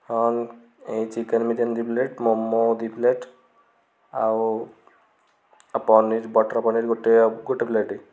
ହଁ ଏଇ ଚିକେନ୍ ବିରିୟାନୀ ଦୁଇ ପ୍ଲେଟ୍ ମୋମୋ ଦୁଇ ପ୍ଲେଟ୍ ଆଉ ପନିର୍ ବଟର୍ ପନିର୍ ଗୋଟେ ଗୋଟେ ପ୍ଲେଟ୍